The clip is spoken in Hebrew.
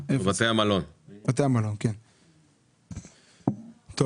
אמרו בכל מיני אמירות שיש מה לעשות, אבל